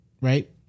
right